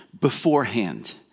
beforehand